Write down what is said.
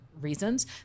reasons